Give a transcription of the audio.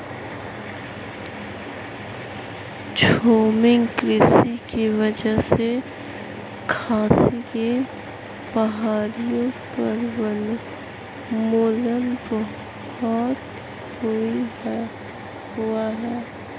झूमिंग कृषि की वजह से खासी की पहाड़ियों पर वनोन्मूलन बहुत हुआ है